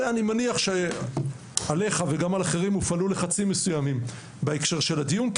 אני מניח שעליך וגם על אחרים הופעלו לחצים מסוימים בהקשר של הדיון,